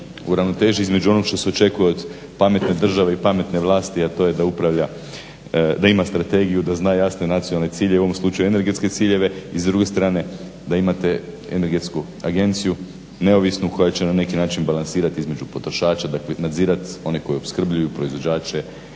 ravnoteži između onog što se očekuje od pametne države i pametne vlasti, a to je da upravlja, da ima strategiju, da zna jasne nacionalne ciljeve, u ovom slučaju energetske ciljeve i s druge strane da imate energetsku agenciju neovisnu koja će na neki način balansirati između potrošača, dakle nadzirati one koji opskrbljuju proizvođače